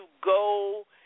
go